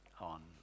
on